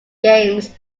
games